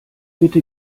bitte